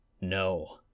No